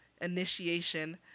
initiation